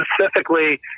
Specifically